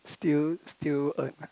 still still a